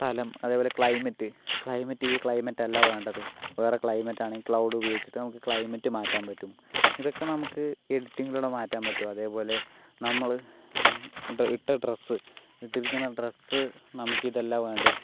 സ്ഥലം അതേപോലെ climate climate ഈ ക്ലൈമറ്റല്ല വേണ്ടത് വേറെ ക്ലൈമറ്റാണ് ക്ളൗഡ് ഉപയോഗിച്ചിട്ട് നമുക്ക് ക്ലൈമറ്റ് മാറ്റാൻ പറ്റും ഇതൊക്കെ നമുക്ക് എഡിറ്റിങ്ങിലൂടെ മാറ്റാൻ പറ്റും അതേപോലെ നമ്മള് ഇട്ട ഡ്രസ്സ് ഇട്ടിരിക്കുന്ന ഡ്രസ്സ് നമുക്ക് ഇതല്ല വേണ്ടത്